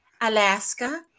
Alaska